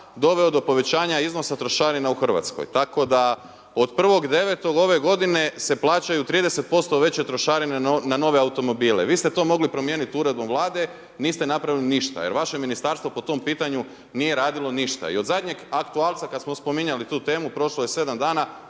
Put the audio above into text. doveo do povećanja iznosa trošarina u Hrvatskoj. tako da od 1.9. ove godine se plaćaju 30% veće trošarine na nove automobile. Vi ste to mogli promijenit uredbom vlade, niste napravili ništa. Jer vaše ministarstvo po tom pitanju nije radilo ništa i od zadnjeg aktualca kad smo spominjali tu temu, prošlo je 7 dana,